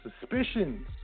suspicions